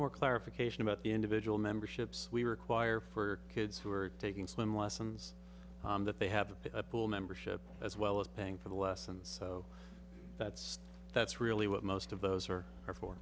more clarification about the individual memberships we require for kids who are taking swim lessons that they have a pool membership as well as paying for the lessons so that's that's really what most of those are or for